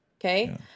Okay